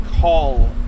call